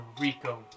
Rico